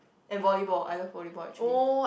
and volleyball I love volleyball actually